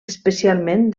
especialment